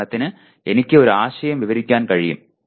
ഉദാഹരണത്തിന് എനിക്ക് ഒരു ആശയം വിവരിക്കാൻ കഴിയും